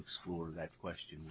explore that question